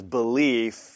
belief